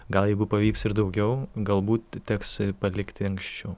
gal jeigu pavyks ir daugiau galbūt teks palikti anksčiau